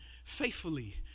Faithfully